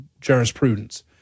jurisprudence